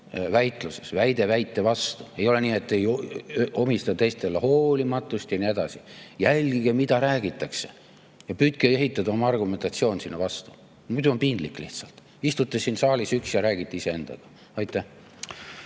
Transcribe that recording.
väitluses, väide väite vastu, ja ei omistaks teistele hoolimatust ja nii edasi. Jälgige, mida räägitakse! Püüdke ehitada oma argumentatsioon sinna vastu. Muidu on lihtsalt piinlik, istute siin saalis üksi ja räägite iseendaga. Aitäh!